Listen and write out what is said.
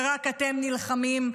ורק אתם נלחמים,